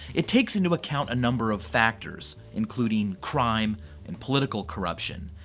it takes into account a number of factors including crime and political corruption.